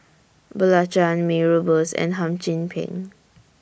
Belacan Mee Rebus and Hum Chim Peng